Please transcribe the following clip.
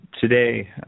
today